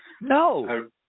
No